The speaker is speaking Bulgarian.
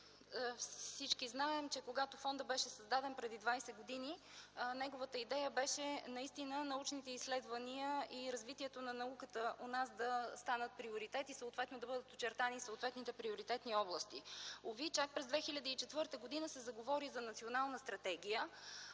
Всички знаем, че когато фондът беше създаден преди двадесет години, неговата идея беше научните изследвания и развитието на науката у нас да станат приоритет и да бъдат подчертани съответните приоритетни области. Уви, чак през 2004 г. се заговори за национална стратегия,